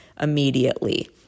immediately